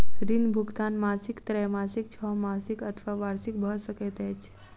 ऋण भुगतान मासिक त्रैमासिक, छौमासिक अथवा वार्षिक भ सकैत अछि